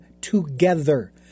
together